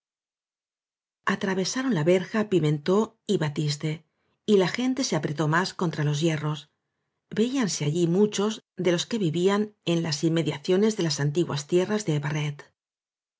atravesaron la verja pimentó y batiste y la gente se apretó más contralos hierros veían se allí muchos de los que vivían en las inme diaciones de las antiguas tierras de barret